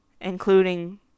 including